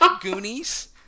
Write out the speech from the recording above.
Goonies